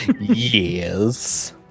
Yes